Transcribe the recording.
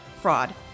Fraud